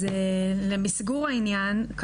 למסגור העניין,